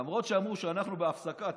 למרות שאמרו שאנחנו בהפסקה.